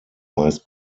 meist